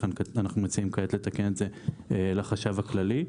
לכן אנחנו מציעים כעת לתקן את זה לחשב הכללי.